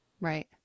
Right